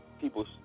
people